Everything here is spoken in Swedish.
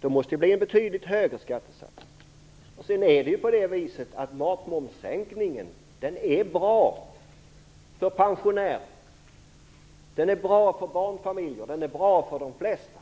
Det måste bli en betydligt högre skattesats. Matmomssänkningen är bra för pensionärer, den är bra för barnfamiljer, och den är bra för de flesta.